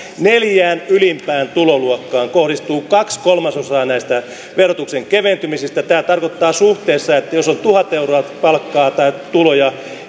neljään ylimpään tuloluokkaan kohdistuu kaksi kolmasosaa näistä verotuksen keventymisistä tämä tarkoittaa suhteessa sitä että jos on tuhat euroa ja seitsemäntuhatta euroa palkkaa tai tuloja